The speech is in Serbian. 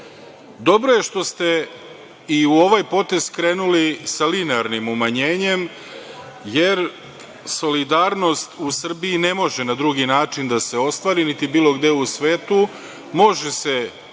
je što ste i u ovaj potez skrenuli sa linearnim umanjenjem, jer solidarnost u Srbiji ne može na drugi način da se ostvari niti bilo gde u svetu. Može se iz